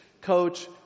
coach